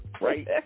right